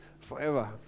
forever